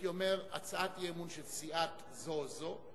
אומר: הצעת אי-אמון של סיעה זו או זו,